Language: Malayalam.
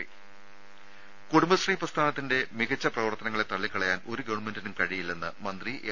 രുമ കുടുംബശ്രീ പ്രസ്ഥാനത്തിന്റെ മികച്ച പ്രവർത്തനങ്ങളെ തള്ളിക്കളയാൻ ഒരു ഗവൺമെന്റിനും കഴിയില്ലെന്ന് മന്ത്രി എം